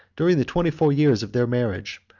during the twenty-four years of their marriage,